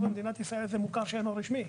במדינת ישראל הם מוכר שאינו רשמי,